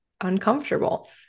uncomfortable